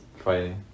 Fighting